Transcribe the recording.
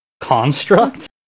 construct